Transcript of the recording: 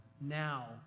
Now